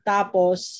Tapos